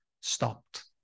stopped